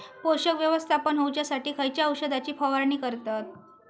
पोषक व्यवस्थापन होऊच्यासाठी खयच्या औषधाची फवारणी करतत?